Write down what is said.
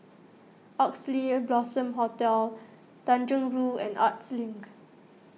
Oxley Blossom Hotel Tanjong Rhu and Arts Link